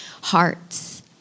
hearts